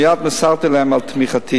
מייד מסרתי להם על תמיכתי.